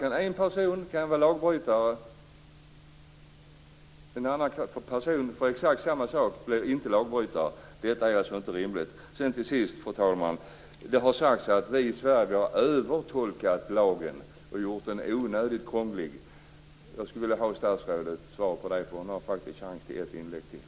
En person kan vara lagbrytare, medan en annan person som gör exakt samma sak inte är lagbrytare. Detta är inte rimligt. Till sist, fru talman, vill jag nämna att det har sagts att vi i Sverige har övertolkat lagen och gjort den onödigt krånglig. Jag skulle vilja ha statsrådets kommentar till det. Hon har faktiskt chans till ett inlägg till.